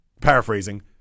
paraphrasing